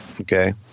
Okay